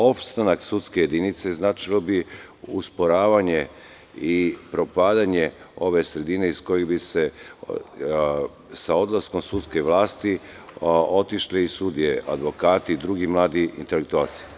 Opstanak sudske jedinice značilo bi usporavanje i propadanje ove sredine iz koje bi, sa odlaskom sudske vlasti, otišle i sudije, advokati i drugi mladi intelektualci.